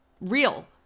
real